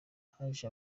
haje